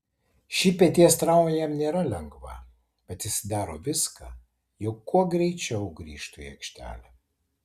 ši peties trauma jam nėra lengva bet jis daro viską jog kuo greičiau grįžtų į aikštelę